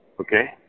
Okay